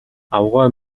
авгай